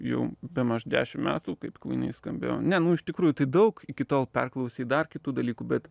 jau bemaž dešim metų kaip kvynai skambėjo ne nu iš tikrųjų tai daug iki tol perklausei dar kitų dalykų bet